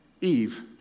Eve